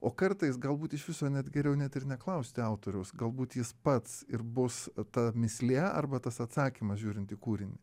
o kartais galbūt iš viso net geriau net ir neklausti autoriaus galbūt jis pats ir bus ta mįslė arba tas atsakymas žiūrint į kūrinį